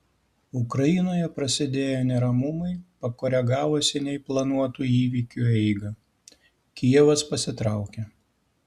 ukrainoje prasidėję neramumai pakoregavo seniai planuotų įvykiu eigą kijevas pasitraukė